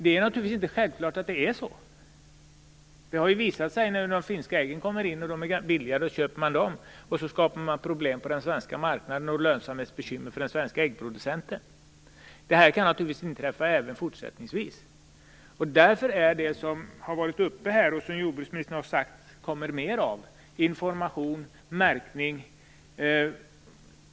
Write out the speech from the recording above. Det är inte självklart att de gör det. Det har ju visat sig att när finska ägg kommer in, och de är billigare, så köper konsumenterna dem. Då skapar man problem på den svenska marknaden och lönsamhetsbekymmer för de svenska äggproducenterna. Detta kan naturligtvis inträffa även fortsättningsvis. Därför är det viktigt med det som har varit uppe här, och som jordbruksministern har sagt att det kommer mer av, nämligen information och märkning.